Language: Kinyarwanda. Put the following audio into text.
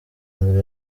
mbere